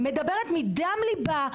מדברת מדם ליבה,